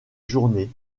journées